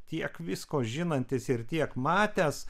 tiek visko žinantis ir tiek matęs